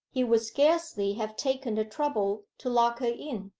he would scarcely have taken the trouble to lock her in,